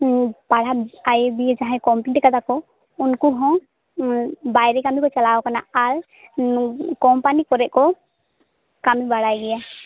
ᱯᱟᱲᱦᱟ ᱟᱭᱮ ᱵᱤᱭᱮ ᱡᱟᱦᱟᱭ ᱠᱚᱢᱯᱤᱞᱤᱴ ᱠᱟᱫᱟᱠᱚ ᱩᱱᱠᱚᱦᱚ ᱵᱟᱭᱨᱮ ᱠᱟᱹᱢᱤᱠᱚ ᱪᱟᱞᱟᱣ ᱠᱟᱱᱟ ᱟᱨ ᱱᱚ ᱠᱚᱢᱯᱟᱱᱤ ᱠᱚᱨᱮ ᱠᱚ ᱠᱟᱹᱢᱤ ᱵᱟᱲᱟᱭ ᱜᱮᱭᱟ